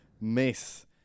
miss